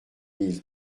mille